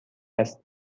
است